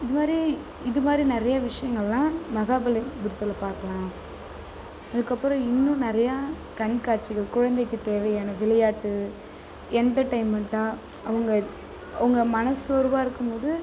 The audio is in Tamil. இதுமாதிரி இதுமாதிரி நிறைய விஷியங்கள்லாம் மகாபலிபுரத்தில் பார்க்கலாம் அதுக்கப்புறம் இன்னும் நிறையா கண்காட்சிகள் குழந்தைக்கு தேவையான விளையாட்டு என்டர்டைன்மெண்ட்டாக அவங்க உங்கள் மனசோர்வாக இருக்கும்போது